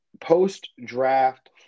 post-draft